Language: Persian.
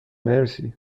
مرسی